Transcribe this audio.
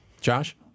Josh